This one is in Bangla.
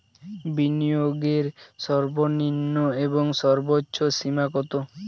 বিনিয়োগের সর্বনিম্ন এবং সর্বোচ্চ সীমা কত?